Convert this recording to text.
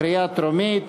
קריאה טרומית.